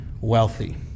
wealthy